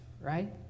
right